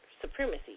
supremacy